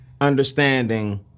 understanding